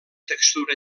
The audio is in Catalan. textura